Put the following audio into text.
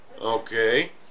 Okay